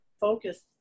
focus